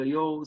eu